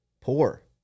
poor